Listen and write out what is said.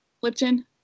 Lipton